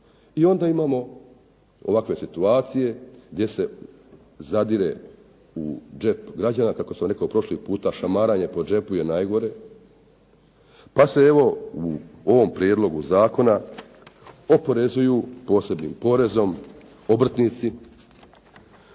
I onda imamo ovakve situacije gdje se zadire u džep građana, kako sam rekao prošli puta, šamaranje po džepu je najgore, pa se evo u ovom prijedlogu zakona oporezuju posebnim porezom obrtnici,